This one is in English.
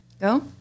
Go